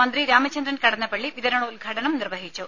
മന്ത്രി രാമചന്ദ്രൻ കടന്നപ്പള്ളി വിതരണോദ്ഘാടനം നിർവഹിച്ചു